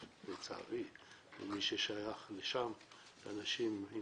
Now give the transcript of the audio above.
ולצערי מי ששייך לשם זה אנשים עם